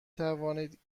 توانید